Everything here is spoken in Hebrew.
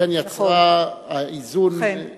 לכן האיזון, נכון.